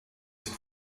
ist